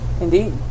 Indeed